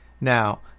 Now